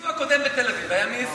הפיגוע הקודם בתל-אביב היה,